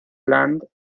land